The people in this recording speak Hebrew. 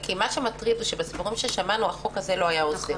מה שמטריד הוא שבסיפורים ששמענו החוק הזה לא היה עוזר